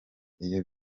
iyo